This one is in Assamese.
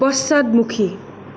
পশ্চাদমুখী